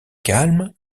calme